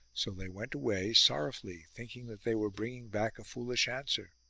so they went away sorrowfully thinking that they were bringing back a foolish answer.